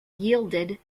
yielded